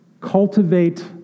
Cultivate